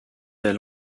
elle